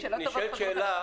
נשאלת שאלה,